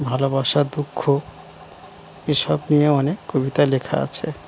ভালোবাসা দুঃখ এসব নিয়ে অনেক কবিতা লেখা আছে